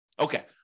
Okay